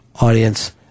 audience